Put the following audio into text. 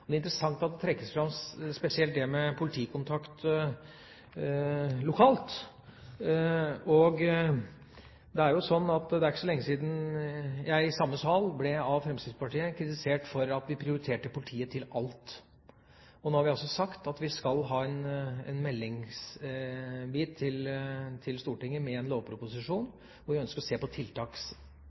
Men det er interessant at det med politikontakt lokalt trekkes fram spesielt. Det er ikke så lenge siden jeg i denne sal av Fremskrittspartiet ble kritisert for at vi prioriterer politiet til alt. Nå har vi altså sagt at vi skal komme til Stortinget med en lovproposisjon med en meldingsdel, hvor vi ønsker å se på